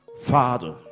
father